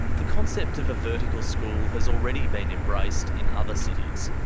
the concept of a vertical school has already been embraced in other cities.